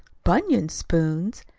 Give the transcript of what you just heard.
bunion spoons!